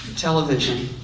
television.